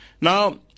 Now